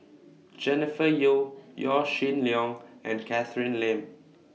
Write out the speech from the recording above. Jennifer Yeo Yaw Shin Leong and Catherine Lim